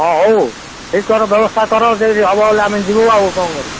ହଁ ହଉ ଠିକ କର ବ୍ୟବସ୍ଥା କର ଯଦି ହେବ ହେଲେ ଆମେ ଯିବୁ ଆଉ କ'ଣ କରିବୁ